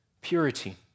purity